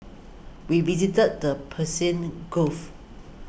we visited the Persian Gulf